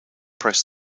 press